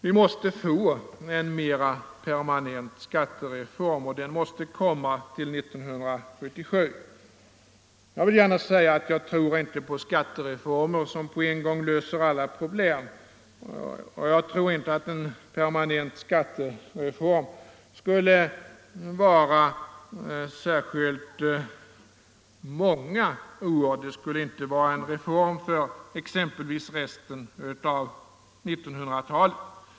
Vi måste få en mera permanent skattereform. Den måste komma till år 1977. Jag tror inte att det finns skattereformer som på en gång löser alla problem, och jag tror inte att en permanent skattereform skulle ha många, många års livslängd. Det skulle exempelvis inte bli en reform för resten av 1900-talet.